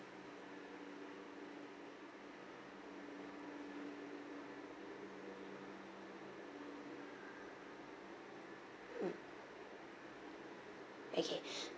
mm okay